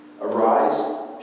Arise